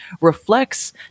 reflects